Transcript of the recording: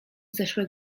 zeszłe